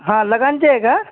हा लगानचे का